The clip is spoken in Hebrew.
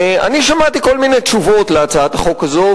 אני שמעתי כל מיני תשובות על הצעת החוק הזו,